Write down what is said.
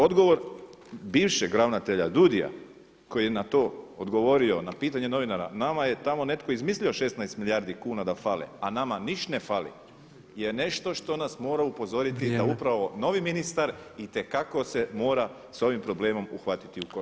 Odgovor bivšeg ravnatelja DUUDI-a koji je na to odgovorio, na pitanje novinara, nama je tamo netko izmislio 16 milijardi kuna da fale, a nama niš ne fali je nešto što nas mora upozoriti da upravo novi ministar itekako se mora sa ovim problemom uhvatiti u koštac.